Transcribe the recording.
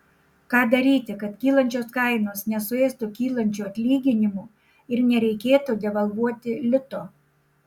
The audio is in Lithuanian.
ką daryti kad kylančios kainos nesuėstų kylančių atlyginimų ir nereikėtų devalvuoti lito